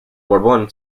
borbón